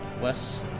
Wes